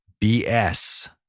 BS